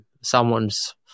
someone's